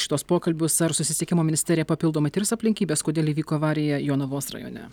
šituos pokalbius ar susisiekimo ministerija papildomai tirs aplinkybes kodėl įvyko avarija jonavos rajone